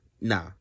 Nah